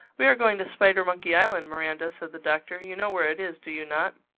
we are going to spidermonkey island, miranda, said the doctor. you know where it is, do you not?